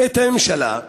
את הממשלה,